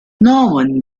norman